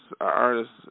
artists